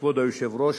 כבוד היושב-ראש,